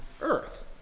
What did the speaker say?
Earth